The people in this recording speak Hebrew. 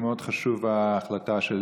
ומאוד חשובה ההחלטה של,